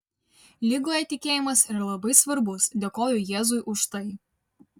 ligoje tikėjimas yra labai svarbus dėkoju jėzui už tai